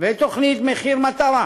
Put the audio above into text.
תוכנית מחיר מטרה,